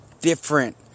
different